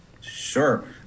Sure